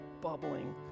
bubbling